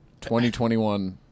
2021